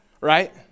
right